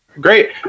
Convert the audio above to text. Great